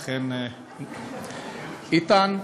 איתן,